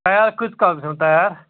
تَیار کۭتِس کالَس گژھن تَیار